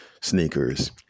sneakers